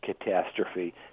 catastrophe